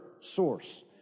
source